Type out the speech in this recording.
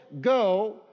go